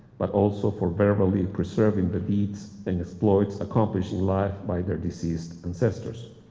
but also for verbally preserving the deeds and exploits accomplished in life by their deceased ancestors.